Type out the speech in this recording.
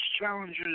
challenges